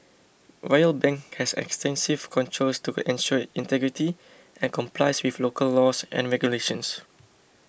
Royal Bank has extensive controls to ensure integrity and complies with local laws and regulations